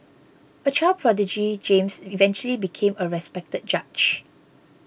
a child prodigy James eventually became a respected judge